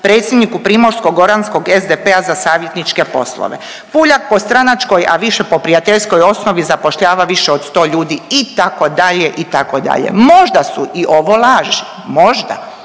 predsjedniku Primorsko-goranskog SDP-a za savjetničke poslove. Puljak po stranačkoj, a više po prijateljskoj osnovi zapošljava više od 100 ljudi itd., itd.. Možda su i ovo laži, možda,